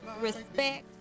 respect